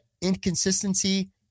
inconsistency